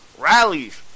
rallies